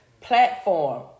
platform